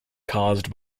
caused